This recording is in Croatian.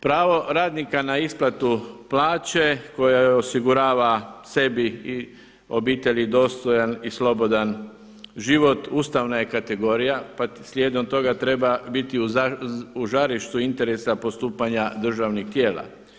Pravo radnika na isplatu plaće koje osigurava sebi i obitelji dostojan i slobodan život ustavna je kategorija pa slijedom toga treba biti u žarištu interesa postupanja državnih tijela.